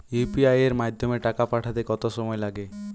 UPI এর মাধ্যমে টাকা পাঠাতে কত সময় লাগে?